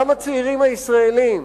גם הצעירים הישראלים,